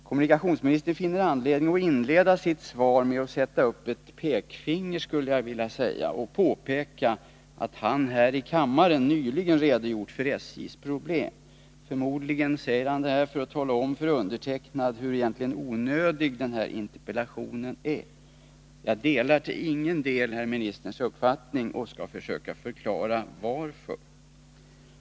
Kommunikationsministern finner anledning att inleda sitt svar med att sätta upp ett pekfinger och påpeka att han här i kammaren nyligen redogjort för SJ:s problem. Förmodligen säger han detta för att tala om för mig hur onödig min interpellation egentligen är. Jag delar till ingen del herr ministerns uppfattning, och jag skall försöka klara ut varför.